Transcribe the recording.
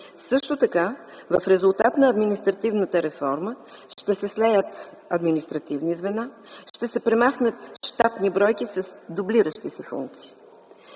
активи. В резултат на административната реформа ще се слеят административни звена, ще се премахнат щатни бройки с дублиращи се функции.